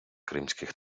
кримських